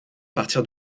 partir